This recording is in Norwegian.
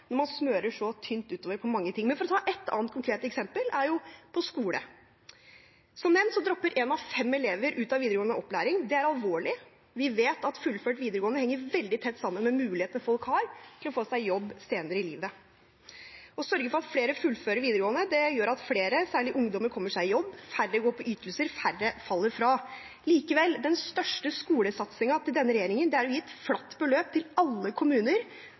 når man smører så tynt utover på mange ting. Men for å ta et annet konkret eksempel: skole. Som nevnt dropper en av fem elever ut av videregående opplæring. Det er alvorlig. Vi vet at fullført videregående henger veldig tett sammen med mulighetene folk har til å få seg jobb senere i livet. Å sørge for at flere fullfører videregående, gjør at flere, særlig ungdommer, kommer seg i jobb, færre går på ytelser og færre faller fra. Likevel: Den største skolesatsingen til denne regjeringen er å gi et flatt beløp til alle kommuner,